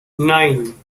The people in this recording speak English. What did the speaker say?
nine